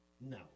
No